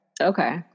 okay